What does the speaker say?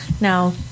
Now